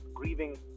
Grieving